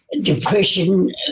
depression